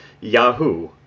Yahoo